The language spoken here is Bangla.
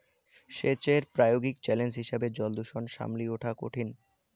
সেচের প্রায়োগিক চ্যালেঞ্জ হিসেবে জলদূষণ সামলি উঠা কঠিন